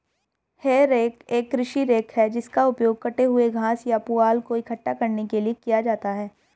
हे rake एक कृषि rake है जिसका उपयोग कटे हुए घास या पुआल को इकट्ठा करने के लिए किया जाता है